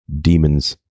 demon's